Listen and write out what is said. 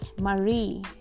marie